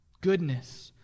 goodness